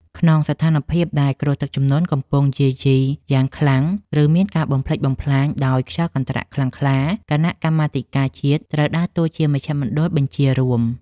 ក្នុងស្ថានភាពដែលគ្រោះទឹកជំនន់កំពុងយាយីយ៉ាងខ្លាំង ឬមានការបំផ្លិចបំផ្លាញដោយខ្យល់កន្ត្រាក់ខ្លាំងក្លា គណៈកម្មាធិការជាតិត្រូវដើរតួជាមជ្ឈមណ្ឌលបញ្ជារួម។